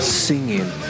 singing